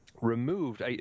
Removed